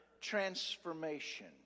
transformation